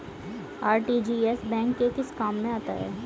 RTGS bank के किस काम में आता है?